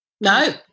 No